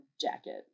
jacket